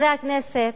חברי הכנסת,